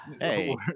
Hey